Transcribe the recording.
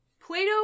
Plato